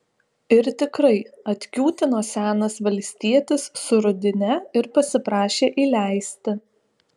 ir tikrai atkiūtino senas valstietis su rudine ir pasiprašė įleisti